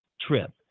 trip